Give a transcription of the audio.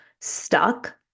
stuck